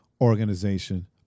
organization